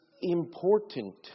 important